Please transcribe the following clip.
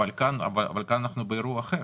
אבל כאן אנחנו באירוע אחר.